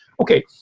okay?